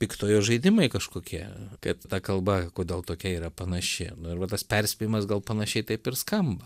piktojo žaidimai kažkokie kad ta kalba kodėl tokia yra panaši nu ir va tas perspėjimas gal panašiai taip ir skamba